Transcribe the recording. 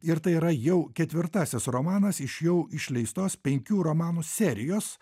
ir tai yra jau ketvirtasis romanas iš jau išleistos penkių romanų serijos